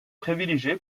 privilégié